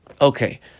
Okay